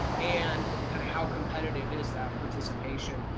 and kind of how competitive is that participation?